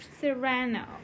serrano